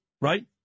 Right